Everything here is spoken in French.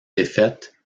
défaite